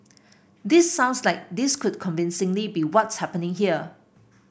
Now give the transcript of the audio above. this sounds like this could convincingly be what's happening here